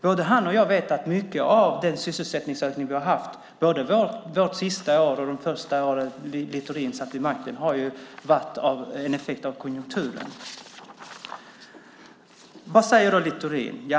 Både han och jag vet att mycket av den sysselsättningsökning som vi har haft - både under vårt sista år i majoritet och under Littorins första år vid makten - har varit en effekt av konjunkturen. Vad säger då Littorin?